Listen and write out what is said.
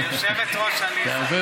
היושבת-ראש עליזה.